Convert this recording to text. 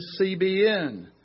CBN